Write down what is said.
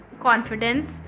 confidence